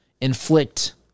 Inflict